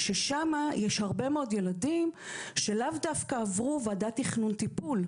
ששם יש הרבה מאוד ילדים שלאו דווקא עברו ועדת תכנון טיפול.